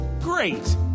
Great